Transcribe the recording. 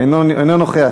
אינו נוכח.